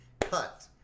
cut